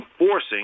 enforcing